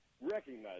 recognize